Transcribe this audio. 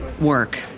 work